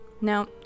Now